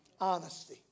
Honesty